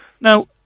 Now